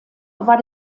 war